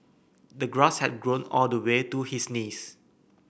the grass had grown all the way to his knees